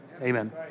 Amen